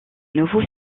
nouveaux